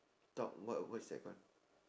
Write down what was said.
talk what what's that card